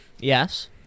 Yes